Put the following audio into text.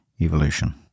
evolution